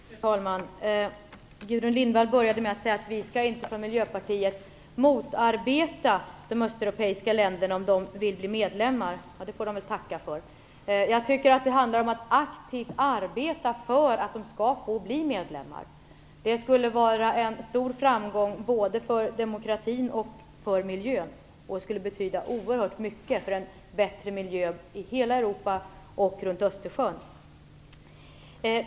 Fru talman! Gudrun Lindvall började med att säga att man från Miljöpartiet inte skall motarbeta de östeuropeiska länderna om de vill bli medlemmar. Ja, det får de väl tacka för. Jag tycker att det handlar om att aktivt arbeta för att de skall få bli medlemmar. Det skulle vara en stor framgång för både demokratin och miljön, och det skulle betyda oerhört mycket för en bättre miljö i hela Europa och runt Östersjön.